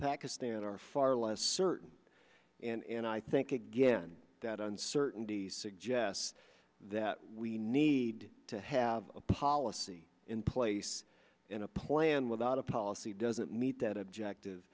pakistan are far less certain and i think again that uncertainty suggests that we need to have a policy in place in a plan without a policy doesn't meet that objective